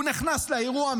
הוא נכנס לאירוע,